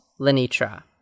Lenitra